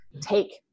take